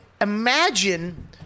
imagine